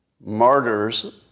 martyrs